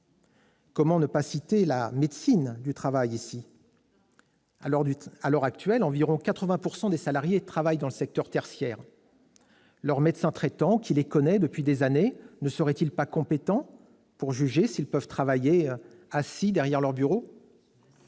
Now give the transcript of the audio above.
Comment ne pas évoquer ici la médecine du travail ? À l'heure actuelle, environ 80 % des salariés travaillent dans le secteur tertiaire. Leur médecin traitant, qui les connaît depuis des années, ne serait-il pas compétent pour juger s'ils peuvent travailler assis derrière leur bureau ?